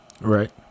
right